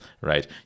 right